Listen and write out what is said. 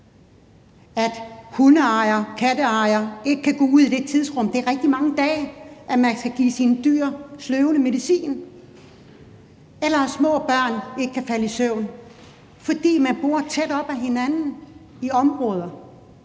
ud. Hundeejere og katteejere kan ikke gå ud i det tidsrum, og det er rigtig mange dage, man skal give sine dyr sløvende medicin. Små børn kan ikke falde i søvn, fordi man bor tæt op ad hinanden i nogle områder.